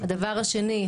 הדבר השני,